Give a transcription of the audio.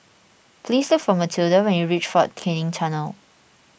please look for Matilda when you reach fort Canning Tunnel